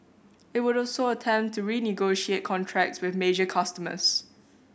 it would also attempt to renegotiate contracts with major customers